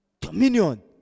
Dominion